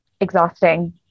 exhausting